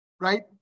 right